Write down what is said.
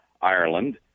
Ireland